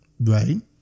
right